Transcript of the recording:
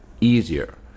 easier